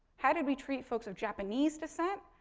how did we treat folks of japanese descent,